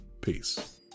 Peace